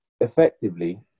effectively